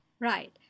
Right